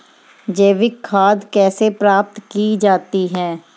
जैविक खाद कैसे प्राप्त की जाती है?